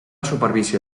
supervisió